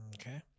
Okay